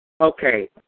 Okay